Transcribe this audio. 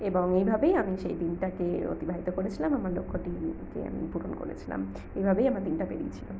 এবং এইভাবেই আমি সেই দিনটাকে অতিবাহিত করেছিলাম আমার লক্ষ্যটিকে আমি পূরণ করেছিলাম এইভাবেই আমার দিনটা পেরিয়েছিল